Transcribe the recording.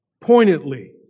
pointedly